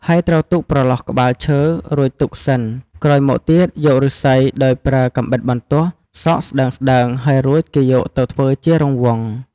ហើយត្រូវទុកប្រឡោះក្បាលលើ រួចទុកសិនក្រោយមកទៀតយកឫស្សីដោយប្រើកាំបិតបន្ទោះសកស្តើងៗហើយ រួចគេយកទៅធ្វើជារង្វង់។